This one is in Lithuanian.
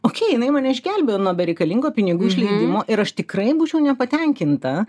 okei jinai mane išgelbėjo nuo bereikalingo pinigų išleidimo ir aš tikrai būčiau nepatenkinta